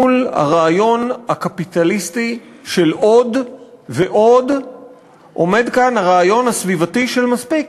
מול הרעיון הקפיטליסטי של עוד ועוד עומד כאן הרעיון הסביבתי של מספיק: